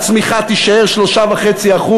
והצמיחה תישאר 3.5%,